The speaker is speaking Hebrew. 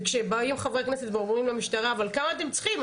וכשבאים חברי כנסת ואומרים למשטרה אבל כמה אתם צריכים?